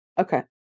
Okay